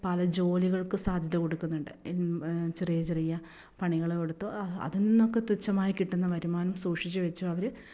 പല ജോലികൾക്ക് സാധ്യത കൊടുക്കുന്നുണ്ട് ചെറിയ ചെറിയ പണികൾ കൊടുത്തോ അതിൽ നിന്നൊക്കെ തുച്ഛമായ കിട്ടുന്ന വരുമാനം സൂക്ഷിച്ചു വച്ചു അവർ